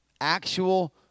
actual